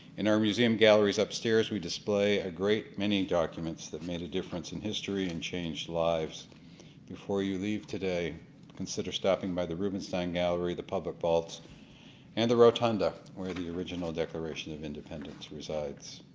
in our museum galleries upstairs we display a great many documents that made a difference in history and changed lives before you leave today consider stopping by the rubenstein gallery and the public vault and the rotunda where the original declaration of independence resides.